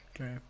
Okay